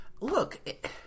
look